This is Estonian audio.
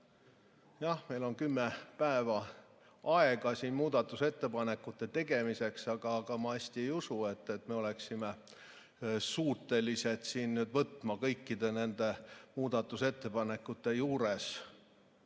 jah, meil on kümme päeva aega muudatusettepanekute tegemiseks, aga ma hästi ei usu, et me oleksime suutelised võtma kõikide nende muudatusettepanekute juures